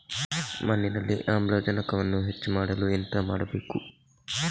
ಮಣ್ಣಿನಲ್ಲಿ ಆಮ್ಲಜನಕವನ್ನು ಹೆಚ್ಚು ಮಾಡಲು ಎಂತ ಮಾಡಬೇಕು?